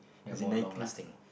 as in Nike